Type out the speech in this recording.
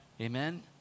Amen